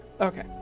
okay